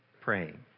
Praying